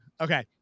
Okay